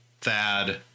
Thad